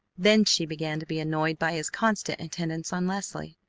then she began to be annoyed by his constant attendance on leslie.